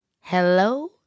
Hello